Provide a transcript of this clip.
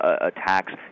attacks